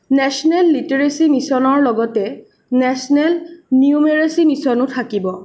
national literacy মিচনৰ লগতে national numeracy মিচনো থাকিব